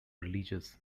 releases